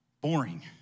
boring